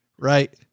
Right